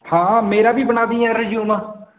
ਹਾਂ ਮੇਰਾ ਵੀ ਬਣਾ ਦੇਈ ਯਾਰ ਰਿਜਿਊਮ